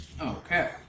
Okay